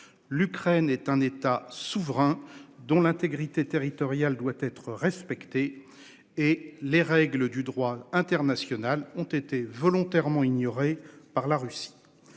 L'Ukraine est un État souverain dont l'intégrité territoriale doit être respecté. Et les règles du droit international ont été volontairement ignoré par la Russie.